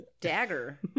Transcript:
dagger